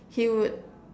he would